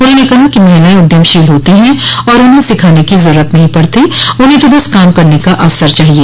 उन्होंने कहा कि महिलाएं उद्यमशील होती हैं और उन्हें सिखाने की जरूरत नहीं पड़ती उन्हें तो बस काम करने का अवसर चाहिए